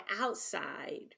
outside